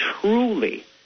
truly